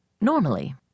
Normally